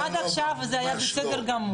עד עכשיו זה בסדר גמור.